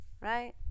right